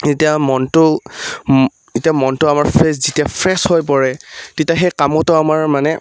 এতিয়া মনটো এতিয়া মনটো আমাৰ ফ্ৰেছ যেতিয়া ফ্ৰেছ হৈ পৰে তেতিয়া সেই কামতো আমাৰ মানে